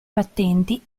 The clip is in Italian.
battenti